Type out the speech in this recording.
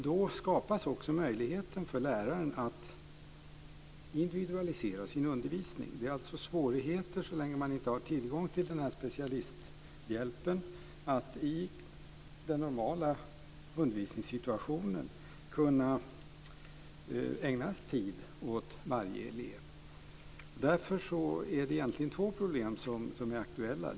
Då skapas också möjligheten för läraren att individualisera sin undervisning. Så länge man inte har tillgång till den här specialisthjälpen är det alltså svårigheter att i den normala undervisningssituationen kunna ägna tid åt varje elev. Därför är det egentligen två problem som är aktuella.